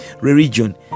religion